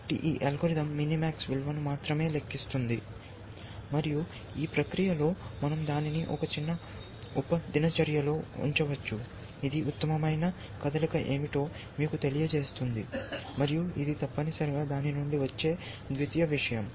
కాబట్టి ఈ algorithm minimax విలువను మాత్రమే లెక్కిస్తుంది మరియు ఈ ప్రక్రియలో మనం దానిని ఒక చిన్న ఉప దినచర్యలో ఉంచవచ్చు ఇది ఉత్తమమైన కదలిక ఏమిటో మీకు తెలియజేస్తుంది మరియు ఇది తప్పనిసరిగా దాని నుండి వచ్చే ద్వితీయ విషయం